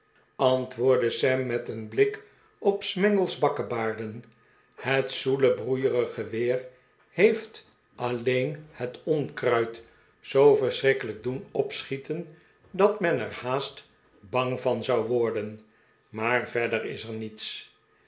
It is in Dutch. antwoordde srm met een blik op smangle's bakkebaarden het zoele broeiige weer heeft aliccn het onkruid zoo verschrikkelijk doen opschieten dat men er haast bang van zou de pickwick club worden maar verder is er niets